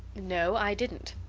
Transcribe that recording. no, i didn't.